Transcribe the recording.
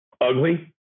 ugly